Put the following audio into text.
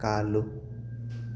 ꯀꯥꯜꯂꯨ